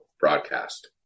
broadcast